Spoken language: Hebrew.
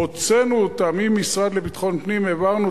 הוצאנו אותה ממשרד לביטחון פנים והעברנו